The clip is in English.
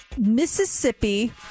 Mississippi